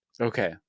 Okay